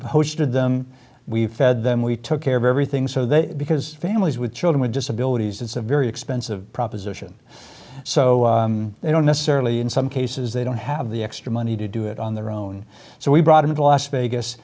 posted them we fed them we took care of everything so that because families with children with disabilities it's a very expensive proposition so they don't necessarily in some cases they don't have the extra money to do it on their own so we brought him to las vegas